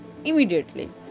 immediately